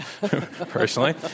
personally